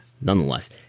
Nonetheless